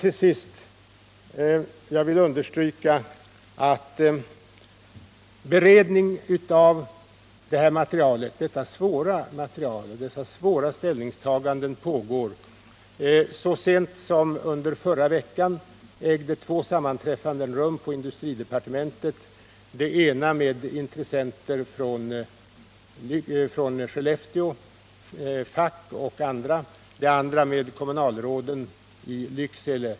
Till sist vill jag understryka att beredning av materialet inför dessa svåra ställningstaganden pågår. Så sent som under förra veckan ägde två sammanträffanden rum på industridepartementet, det ena med intressenter från Skellefteå — fack och andra —, det andra med kommunalråden i Lycksele.